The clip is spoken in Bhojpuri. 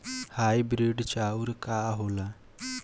हाइब्रिड चाउर का होला?